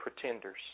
pretenders